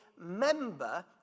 member